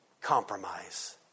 compromise